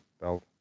belt